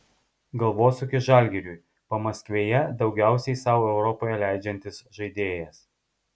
galvosūkis žalgiriui pamaskvėje daugiausiai sau europoje leidžiantis žaidėjas